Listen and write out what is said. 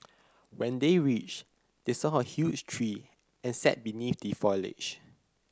when they reached they saw a huge tree and sat beneath the foliage